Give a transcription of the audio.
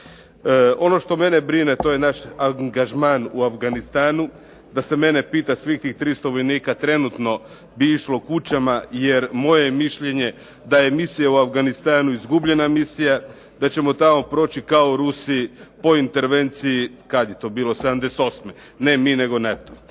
Ono što mene brine to je naš angažman u Afganistanu. Da se mene pita svih tih 300 vojnika trenutno bi išlo kućama jer moje je mišljenje da je misija u Afganistanu izgubljena misija, da ćemo tamo proći kao Rusi po intervenciji kad je to bilo 78., ne mi nego NATO.